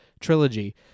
trilogy